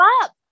up